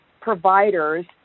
providers